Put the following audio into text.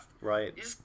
right